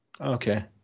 Okay